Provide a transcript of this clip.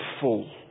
full